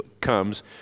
comes